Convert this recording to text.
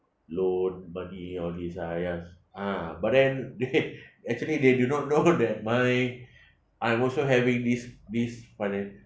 loan money all this ah !aiya! ah but then they actually they do not know that my I'm also having this this finan~